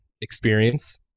experience